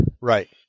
Right